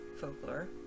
folklore